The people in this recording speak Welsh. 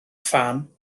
phan